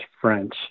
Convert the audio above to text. French